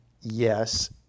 yes